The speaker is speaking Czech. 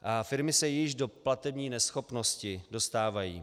A firmy se již do platební neschopnosti dostávají.